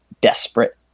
desperate